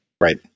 Right